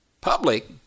public